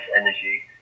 energy